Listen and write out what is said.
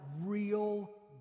real